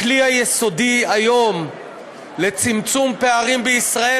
הכלי היסודי היום לצמצום פערים בישראל,